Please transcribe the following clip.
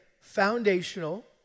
foundational